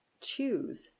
choose